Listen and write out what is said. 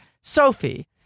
Sophie